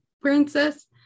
princess